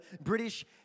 British